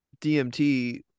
DMT